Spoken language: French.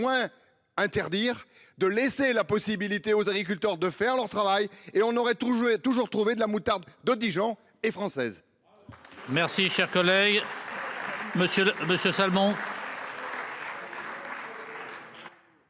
interdire de laisser la possibilité aux agriculteurs de faire leur travail et on aurait tout ai toujours trouver de la moutarde de Dijon et française.